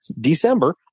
December